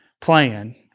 plan